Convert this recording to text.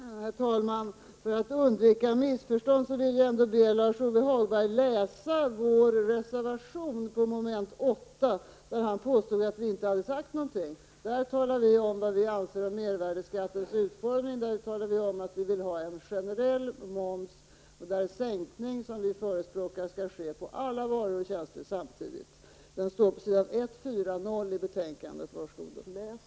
Herr talman! Eftersom Lars-Ove Hagberg påstod att vi inte har sagt någonting, vill jag ändå för undvikande av missförstånd be honom att läsa vår reservation, mom. 8. Där skriver vi om vad vi anser om mervärdeskattens utformning. Vi framhåller att vi vill ha en generell moms. Den sänkning som vi förespråkar skall gälla alla varor och tjänster samtidigt. Detta står att läsa på s. 140 i betänkandet. Var så god och läs!